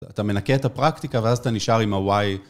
אתה מנקה את הפרקטיקה ואז אתה נשאר עם ה-why.